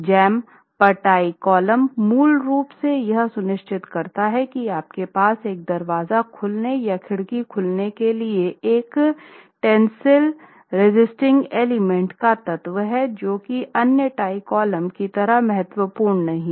jam पर tie column मूल रूप से यह सुनिश्चित करता है कि आपके पास एक दरवाजा खोलने या खिड़की खोलने के लिए एक टेंसिल रेसिस्टिंग एलिमेंट का तत्व है जो की अन्य टाई कॉलम की तरह महत्वपूर्ण नहीं है